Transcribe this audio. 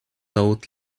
out